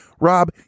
rob